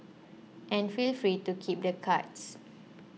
and feel free to keep the cards